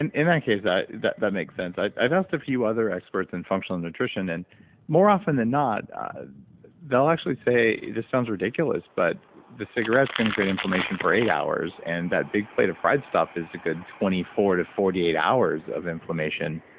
and in that case that that makes sense. i've asked a few other experts in functional nutrition and more often than not they'll actually say, this sounds ridiculous but the cigarette's going to create inflammation for eight hours and that big plate of fried stuff is a good twenty four to forty eight hours of inflammation.